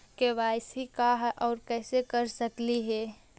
KYC का है, और कैसे कर सकली हे?